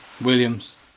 Williams